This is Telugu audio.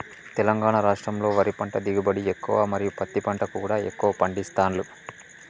తెలంగాణ రాష్టంలో వరి పంట దిగుబడి ఎక్కువ మరియు పత్తి పంట కూడా ఎక్కువ పండిస్తాండ్లు